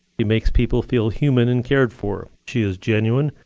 she makes people feel human and cared for. she is genuine,